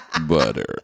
Butter